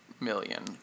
million